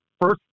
first